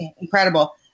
incredible